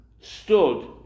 stood